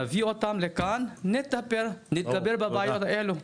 נביא אותם לכאן ונטפל בכל הבעיות כאן.